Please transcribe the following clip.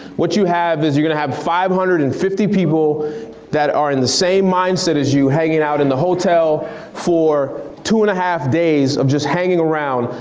what you have is you're gonna have five hundred and fifty people that are in the same mindset as you hanging out in the hotel for two and a half days of just hanging around.